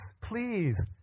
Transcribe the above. please